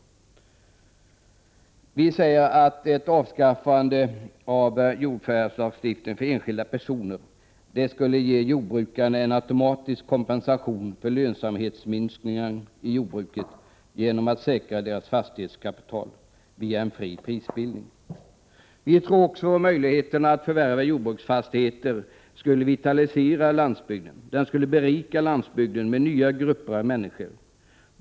Vi säger att ett avskaffande av jordförvärvslagstiftningen för enskilda personer skulle ge jordbrukarna en automatisk kompensation för lönsamhetsminskningen inom jordbruket genom att säkra deras fastighetskapital via en fri prisbildning. Vi tror också att möjligheten att förvärva jordbruksfastigheter skulle vitalisera landsbygden. Den skulle berikas med nya grupper av människor.